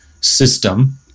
system